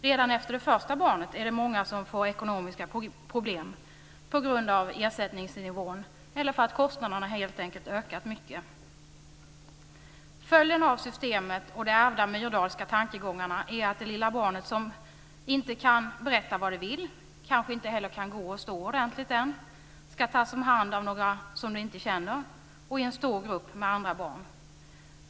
Redan efter det första barnet är det många som får ekonomiska problem på grund av ersättningsnivån eller enkelt därför att kostnaderna har ökat mycket. Följden av systemet och de ärvda myrdalska tankegångarna är att det lilla barnet som inte kan berätta vad det vill, kanske ännu inte heller kan gå och stå ordentligt, ska tas om hand av några som det inte känner och i en stor grupp med andra barn.